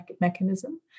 mechanism